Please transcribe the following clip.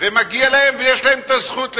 ומגיע להם ויש להם את הזכות לכך,